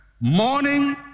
Morning